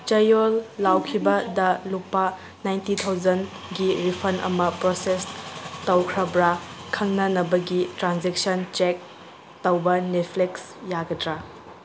ꯆꯌꯣꯜ ꯂꯥꯎꯈꯤꯕꯗ ꯂꯨꯄꯥ ꯅꯥꯏꯟꯇꯤ ꯊꯥꯎꯖꯟꯒꯤ ꯔꯤꯐꯟ ꯑꯃ ꯄ꯭ꯔꯣꯁꯦꯁ ꯇꯧꯈ꯭ꯔꯕ꯭ꯔꯥ ꯈꯪꯅꯅꯕꯒꯤ ꯇ꯭ꯔꯥꯟꯖꯦꯛꯁꯟ ꯆꯦꯛ ꯇꯧꯕ ꯅꯦꯠꯐ꯭ꯂꯤꯛꯁ ꯌꯥꯒꯗ꯭ꯔꯥ